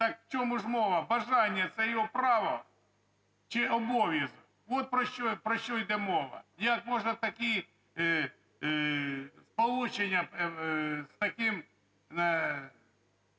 Так у чому ж мова? Бажання – це його право чи обов'язок? От про що йде мова. Як можна такі сполучення з таким